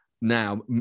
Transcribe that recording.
now